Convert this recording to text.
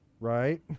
right